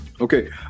okay